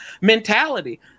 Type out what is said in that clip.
Mentality